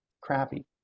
crappy